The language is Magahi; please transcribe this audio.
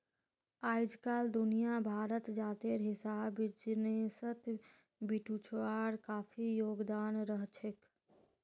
अइजकाल दुनिया भरत जातेर हिसाब बिजनेसत बेटिछुआर काफी योगदान रहछेक